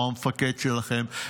הוא המפקד שלכם,